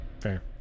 Fair